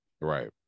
right